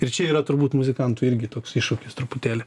ir čia yra turbūt muzikantui irgi toks iššūkis truputėlį